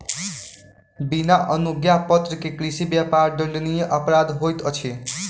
बिना अनुज्ञापत्र के कृषि व्यापार दंडनीय अपराध होइत अछि